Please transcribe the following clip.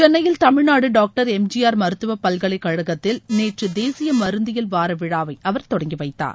சென்னையில் தமிழ்நாடு டாக்டர் எம்ஜிஆர் மருத்துவப் பல்கலைக்கழகத்தில் நேற்று தேசிய மருந்தியல் வாரவிழாவை அவர் தொடங்கி வைத்தார்